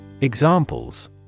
Examples